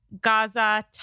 gaza